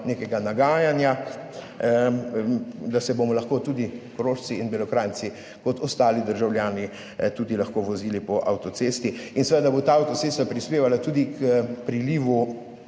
nekega nagajanja, da se bomo lahko tudi Korošci in Belokranjci kot ostali državljani vozili po avtocesti, in seveda bo ta avtocesta prispevala tudi k prilivu,